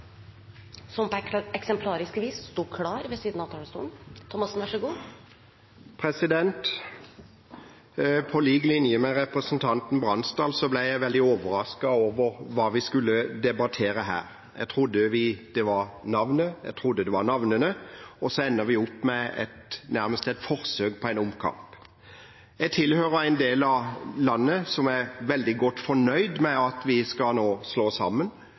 På lik linje med representanten Bransdal ble jeg veldig overrasket over hva vi skulle debattere. Jeg trodde det var navnene, og så ender vi opp med det som er nærmest et forsøk på en omkamp. Jeg tilhører en del av landet som er veldig godt fornøyd med at vi nå skal slås sammen.